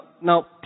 Now